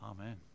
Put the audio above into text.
Amen